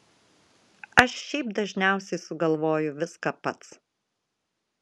aš šiaip dažniausiai sugalvoju viską pats